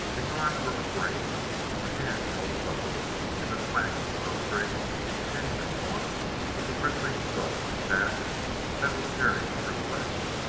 its arms were upraised the hands held a bow and the twang of the bowstring came as one with the ripping thud of a shaft that was tearing through flesh.